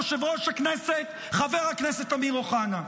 יושב-ראש הכנסת חבר הכנסת אמיר אוחנה.